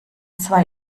zwar